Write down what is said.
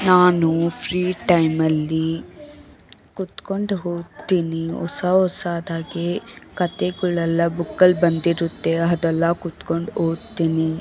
ನಾನು ಫ್ರೀ ಟೈಮಲ್ಲಿ ಕೂತ್ಕೊಂಡು ಓದ್ತೀನಿ ಹೊಸ ಹೊಸದಾಗಿ ಕಥೆಗಳೆಲ್ಲ ಬುಕ್ಕಲ್ ಬಂದಿರುತ್ತೆ ಅದೆಲ್ಲ ಕೂತ್ಕೊಂಡು ಓದ್ತೀನಿ